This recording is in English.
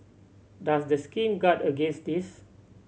does the scheme guard against this